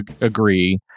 agree